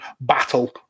battle